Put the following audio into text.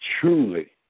truly